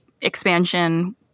expansion